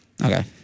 Okay